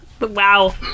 Wow